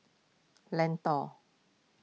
Lentor